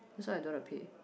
that's why I don't want to pay